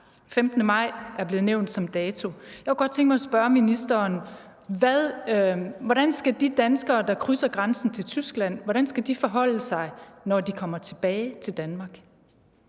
15. maj er blevet nævnt som dato for det. Jeg kunne godt tænke mig at spørge ministeren: Hvordan skal de danskere, der krydser grænsen til Tyskland, forholde sig, når de kommer tilbage til Danmark?